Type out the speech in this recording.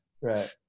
right